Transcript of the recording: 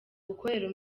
gukorera